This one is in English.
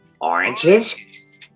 Oranges